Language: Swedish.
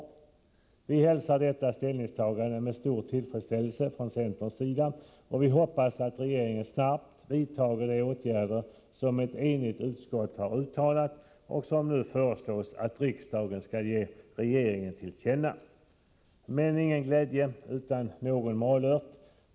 Från centerns sida hälsar vi detta ställningstagande med stor tillfredsställelse och hoppas att regeringen snabbt vidtager de åtgärder som ett enigt utskott har uttalat sig för och föreslagit riksdagen ge regeringen till känna. Men ingen glädje utan någon malört.